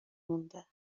مونده